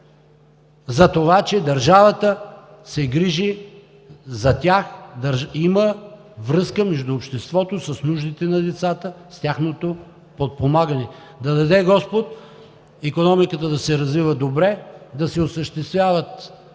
за това, че държавата се грижи за тях, има връзка между обществото с нуждите на децата, с тяхното подпомагане. Да даде господ икономиката да се развива добре, да се реализират